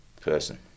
person